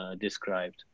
described